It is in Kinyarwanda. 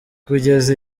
kugeza